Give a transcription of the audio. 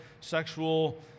sexual